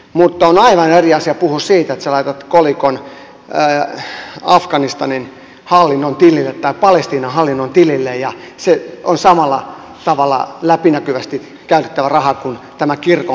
mutta on aivan eri asia puhua siitä että laitat kolikon afganistanin hallinnon tilille tai palestiinan hallinnon tilille ja se on samalla tavalla läpinäkyvästi käytettävä raha kuin tämä kirkon kolehti